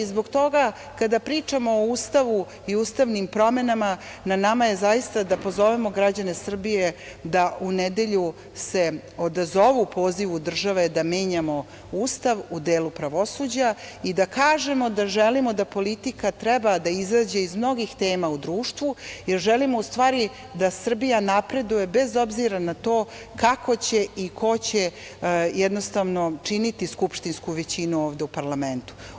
Zbog toga, kada pričamo o Ustavu i ustavnim promenama, na nama je zaista da pozovemo građane Srbije da se u nedelju odazovu pozivu države da menjamo Ustav u delu pravosuđa i da kažemo da želimo da politika treba da izađe iz mnogih tema u društvu, jer želimo u stvari da Srbija napreduje, bez obzira na to kako će i ko će činiti skupštinsku većinu ovde u parlamentu.